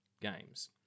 games